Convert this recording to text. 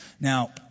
Now